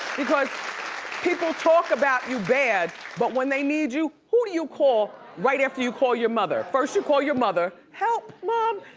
because people talk about you bad, but when they need you, who do you call right after you call your mother? first you call your mother, help mom,